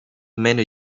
many